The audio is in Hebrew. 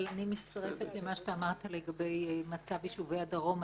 אבל אני מצטרפת למה שאתה אמרת לגבי מצב יישובי הדרום.